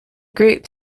group